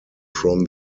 from